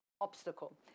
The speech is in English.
obstacle